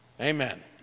Amen